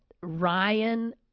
Ryan